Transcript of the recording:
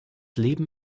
leben